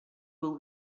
will